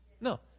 No